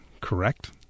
correct